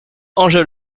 engel